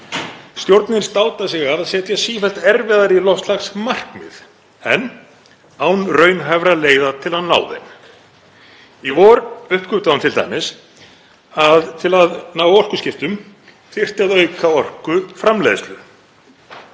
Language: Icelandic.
Stjórnin státar sig af því að setja sífellt erfiðari loftslagsmarkmið en án raunhæfra leiða til að ná þeim. Í vor uppgötvaði hún t.d. að til að ná orkuskiptum þyrfti að auka orkuframleiðslu.